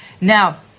Now